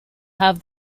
have